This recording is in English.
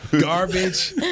Garbage